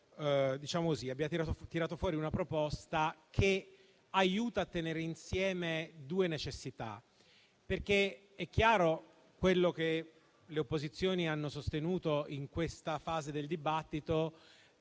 abbia tirato fuori una proposta che aiuta a tenere insieme due necessità. È chiaro che quello che le opposizioni hanno sostenuto in questa fase del dibattito